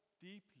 deeply